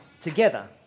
together